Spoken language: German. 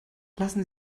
lassen